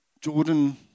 Jordan